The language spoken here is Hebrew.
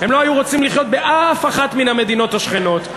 הם לא היו רוצים לחיות באחת מן המדינות השכנות,